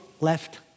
left